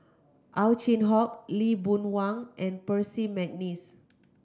Ow Chin Hock Lee Boon Wang and Percy McNeice